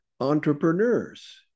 Entrepreneurs